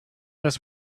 this